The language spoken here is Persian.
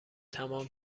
تمام